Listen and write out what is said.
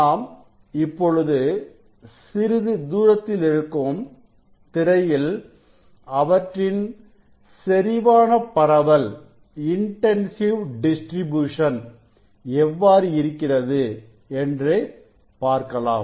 நாம் இப்பொழுது சிறிது தூரத்தில் இருக்கும் திரையில் அவற்றின் செறிவான பரவல் எவ்வாறு இருக்கிறது என்று பார்க்கலாம்